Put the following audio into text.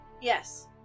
yes